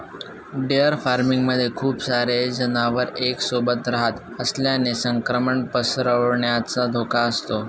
dairy farming मध्ये खूप सारे जनावर एक सोबत रहात असल्याने संक्रमण पसरण्याचा धोका असतो